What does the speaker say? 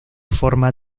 forma